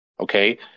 Okay